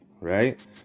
Right